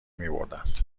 میبردند